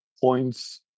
points